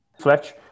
Fletch